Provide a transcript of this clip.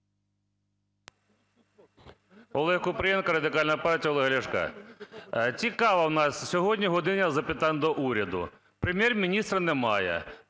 Олег Купрієнко, Радикальна партія Олега Ляшка. Цікава в нас сьогодні "година запитань до Уряду". Прем'єр-міністра немає,